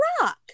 rock